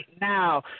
now